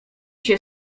się